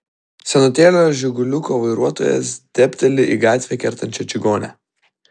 senutėlio žiguliuko vairuotojas dėbteli į gatvę kertančią čigonę